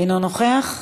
אינו נוכח,